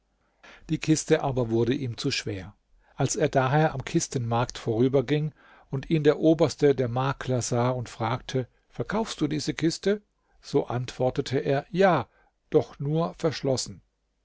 die kiste aber wurde ihm zu schwer als er daher am kistenmarkt vorüberging und ihn der oberste der makler sah und fragte verkaufst du diese kiste so antwortete er ja doch nur verschlossen